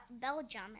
Belgium